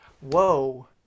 whoa